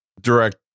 direct